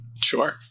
Sure